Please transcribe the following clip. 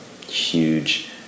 huge